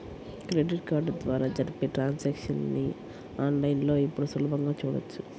credit card ద్వారా జరిపే transactions ని ఆన్ లైన్ లో ఇప్పుడు సులభంగా చూడొచ్చు